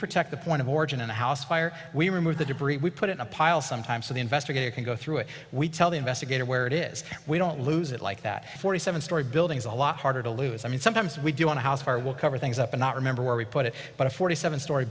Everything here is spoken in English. protect the point of origin and a house fire we remove the debris we put in a pile sometimes the investigator can go through it we tell the investigator where it is we don't lose it like that forty seven story building is a lot harder to lose i mean sometimes we do want to how far will cover things up and not remember where we put it but a forty seven stor